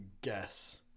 guess